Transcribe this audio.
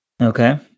Okay